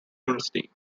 university